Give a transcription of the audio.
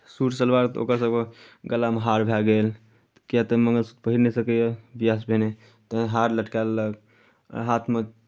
suit salwar तऽ ओकर सभके गलामे हार भए गेल किएक तऽ मङ्गलसूत्र पहीर नहि सकैए ब्याहसँ पहिने तैँ हार लटकाए लेलक हाथमे